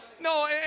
No